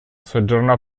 soggiornò